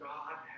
God